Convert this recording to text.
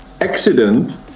accident